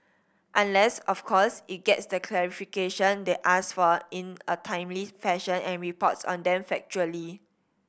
unless of course it gets the clarification they ask for in a timely fashion and reports on them factually